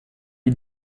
you